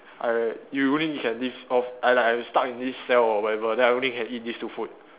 I you only can live off I like I'm stuck in this cell or whatever then I only can eat this two food